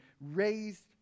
raised